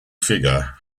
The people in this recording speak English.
figure